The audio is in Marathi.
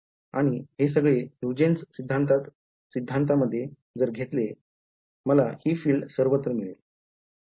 आणि हे सगळे हुयजेन्स सिद्धांत मध्ये जर घेतले तर मला हि फील्ड सर्वत्र मिळेल